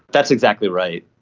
that's exactly right.